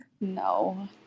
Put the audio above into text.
No